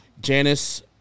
Janice